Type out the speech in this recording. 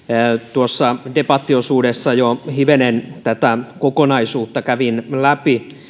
tuossa debattiosuudessa jo hivenen tätä kokonaisuutta kävin läpi